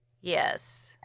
Yes